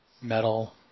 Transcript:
metal